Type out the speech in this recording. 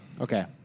Okay